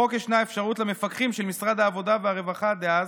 בחוק ישנה אפשרות למפקחים של משרד העבודה והרווחה דאז,